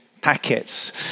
packets